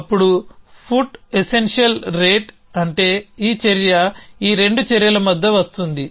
అప్పుడు put essential rate అంటే ఈ చర్య ఈ రెండు చర్యల మధ్య వస్తుంది